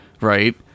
right